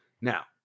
Now